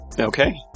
Okay